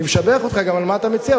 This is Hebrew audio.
אני משבח אותך גם על מה שאתה מציע,